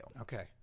Okay